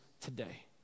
today